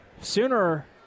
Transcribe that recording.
Sooner